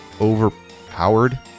overpowered